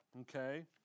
okay